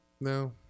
No